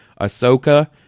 Ahsoka